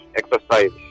exercise